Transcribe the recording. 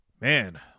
Man